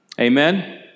Amen